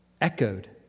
Echoed